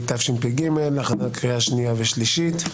תשפ"ג, הכנה לקריאה שנייה ושלישית.